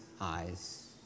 eyes